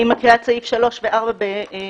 אני קוראת את סעיף 3 ו-4 ביחד,